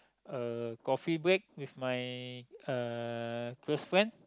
a coffee break with my uh close friend